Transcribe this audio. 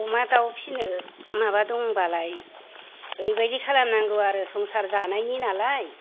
अमा दाउ फिसिनो माबा दंबालाय ओरैबायदि खालामनांगौ आरो संसार जानायनि नालाय